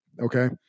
Okay